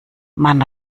man